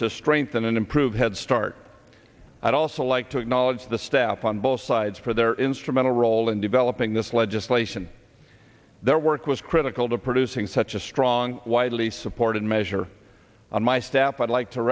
to strengthen and improve headstart i'd also like to acknowledge the staff on both sides for their instrumental role in developing this legislation their work was critical to producing such a strong widely supported measure on my staff i'd like to